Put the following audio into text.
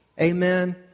Amen